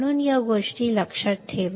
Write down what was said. म्हणून या गोष्टी लक्षात ठेवा